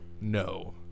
No